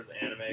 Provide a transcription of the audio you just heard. anime